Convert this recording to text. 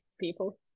people